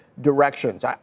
directions